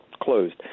closed